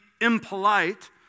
impolite